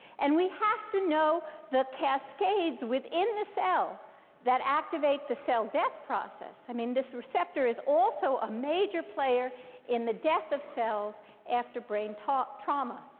and we have to know the cascades within the cell that activate the cell death process. i mean, this receptor is also a major player in the death of cells after brain trauma.